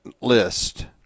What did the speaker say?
list